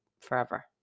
forever